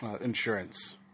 insurance